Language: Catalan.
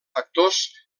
factors